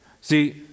See